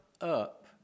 up